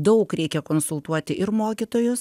daug reikia konsultuoti ir mokytojus